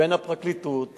בין הפרקליטות